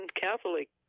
Catholic